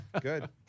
Good